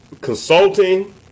Consulting